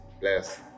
Bless